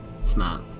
Smart